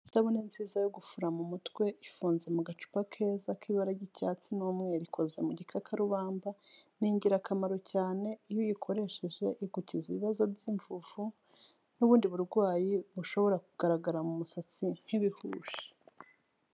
Isabune nziza yo gufura mu mutwe ifunze mu gacupa keza k'ibara ry'icyatsi n'umweru ikoza mu gikakarubamba, ni ingirakamaro cyane iyo uyikoresheje igukiza ibibazo by'imvuvu n'ubundi burwayi bushobora kugaragara mu musatsi nk'ibihushi.